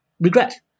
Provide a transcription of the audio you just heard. regret